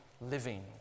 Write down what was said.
living